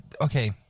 Okay